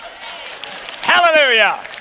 Hallelujah